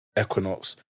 Equinox